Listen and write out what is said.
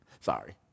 Sorry